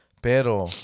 Pero